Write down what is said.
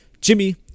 jimmy